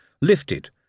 lifted